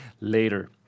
later